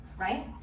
right